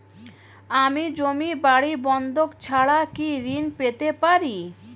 আমি জমি বাড়ি বন্ধক ছাড়া কি ঋণ পেতে পারি?